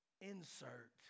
Insert